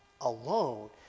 alone